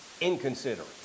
inconsiderate